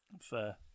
fair